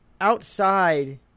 Outside